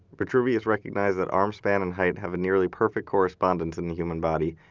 vitruvius recognized that arm span and height have a nearly perfect correspondence in the human body,